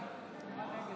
"נגד".